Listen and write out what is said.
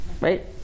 Right